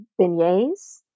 beignets